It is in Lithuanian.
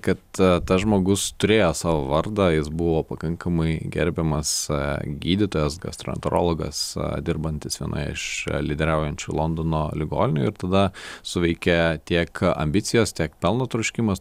kad tas žmogus turėjo savo vardą jis buvo pakankamai gerbiamas gydytojas gastroenterologas dirbantis vienoje iš lyderiaujančių londono ligoninių ir tada suveikė tiek ambicijos tiek pelno troškimas